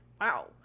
wow